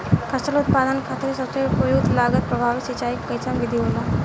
फसल उत्पादन खातिर सबसे उपयुक्त लागत प्रभावी सिंचाई के कइसन विधि होला?